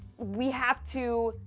we have to.